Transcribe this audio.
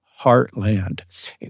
heartland